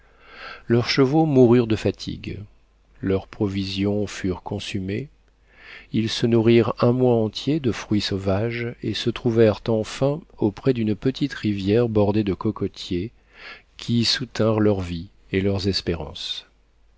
leurs chevaux moururent de fatigue leurs provisions furent consumées ils se nourrirent un mois entier de fruits sauvages et se trouvèrent enfin auprès d'une petite rivière bordée de cocotiers qui soutinrent leur vie et leurs espérances